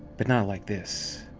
but not like this.